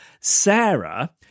Sarah